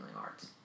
Arts